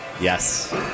yes